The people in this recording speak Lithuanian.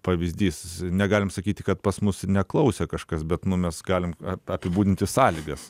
pavyzdys negalim sakyti kad pas mus neklausė kažkas bet nu mes galim a a apibūdinti sąlygas